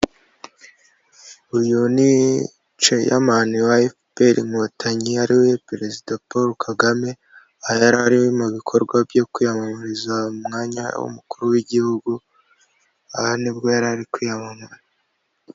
Uyu ni ceyamani wa FPR inkotanyi ari we perezida Paul Kagame, aha yari ari mu bikorwa byo kwiyamamariza umwanya w'umukuru w'igihugu, aha nibwo yari ari kwiyamamaza.